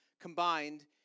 combined